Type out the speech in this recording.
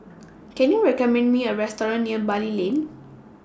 Can YOU recommend Me A Restaurant near Bali Lane